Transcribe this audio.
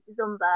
zumba